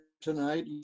tonight